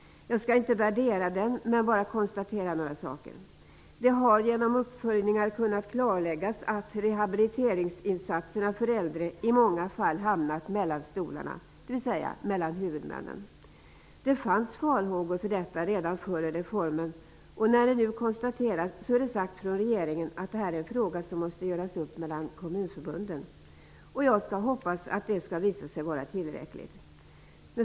Jag skall inte värdera den, bara konstatera några saker. Det har genom uppföljningar kunnat klarläggas att rehabiliteringsinsatserna för äldre i många fall hamnat mellan stolarna, dvs. mellan huvudmännen. Det fanns farhågor för detta redan före reformen. När det nu konstateras är det sagt från regeringen att detta är en fråga som måste göras upp mellan kommunförbunden. Jag hoppas att det skall visa sig vara tillräckligt.